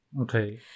Okay